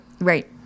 right